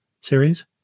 series